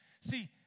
See